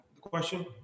question